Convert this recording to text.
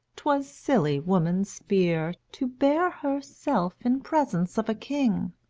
twas silly woman's fear, to bear her self in presence of a king